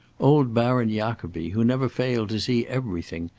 old baron jacobi, who never failed to see everything,